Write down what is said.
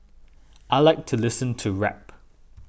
I like to listening to rap